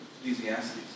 Ecclesiastes